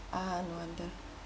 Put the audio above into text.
ah no wonder